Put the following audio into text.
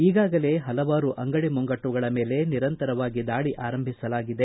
ಈಗಾಗಲೇ ಪಲವಾರು ಅಂಗಡಿ ಮುಂಗಟ್ಸುಗಳ ಮೇಲೆ ನಿರಂತರವಾಗಿ ದಾಳಿ ಆರಂಭಿಸಲಾಗಿದೆ